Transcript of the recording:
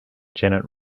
janet